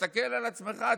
תסתכל על עצמך,